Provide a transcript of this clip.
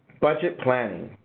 budget planning.